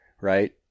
right